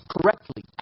correctly